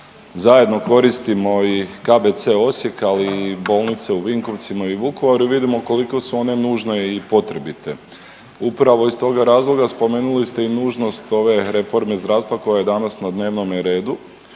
Zajedno koristimo i KBC Osijek, ali i bolnice u Vinkovcima i Vukovaru i vidimo koliko su one nužne i potrebite. Upravo iz toga razloga spomenuli ste i nužnost ove reforme zdravstva koja je danas na dnevnome redu,